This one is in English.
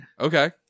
Okay